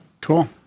Cool